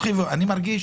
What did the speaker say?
אני מרגיש